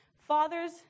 Fathers